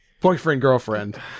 boyfriend-girlfriend